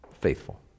Faithful